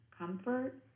comfort